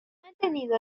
mantenido